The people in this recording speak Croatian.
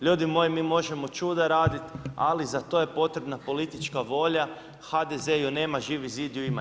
Ljudi moji mi možemo čuda raditi ali za to je potrebna politička volja, HDZ ju nema, Živi zid ju ima.